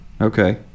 Okay